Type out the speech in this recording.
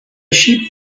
sheep